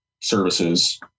services